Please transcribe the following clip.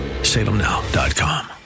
salemnow.com